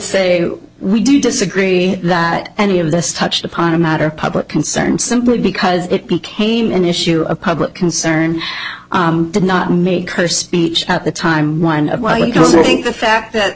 say we do disagree that any of this touched upon a matter of public concern simply because it became an issue of public concern did not make her speech at the time one of the fact that